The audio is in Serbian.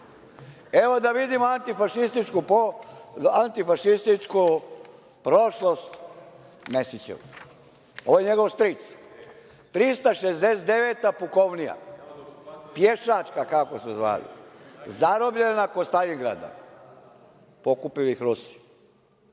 Evo, da vidimo antifašističku prošlost Mesićevu. Ovo je njegov stric, 369. pukovnija, pješačka kako su je zvali, zarobljena kod Staljingrada. Pokupili ih Rusi.